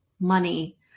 money